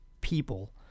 people